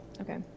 Okay